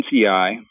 NCI